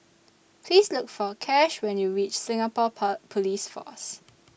Please Look For Cash when YOU REACH Singapore pour Police Force